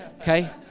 okay